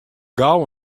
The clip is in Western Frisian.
gau